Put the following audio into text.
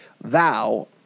Thou